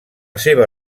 seva